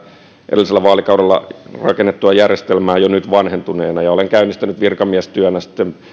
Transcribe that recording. edellisellä vaalikaudella rakennettua järjestelmää jo nyt vanhentuneena olen käynnistänyt virkamiestyönä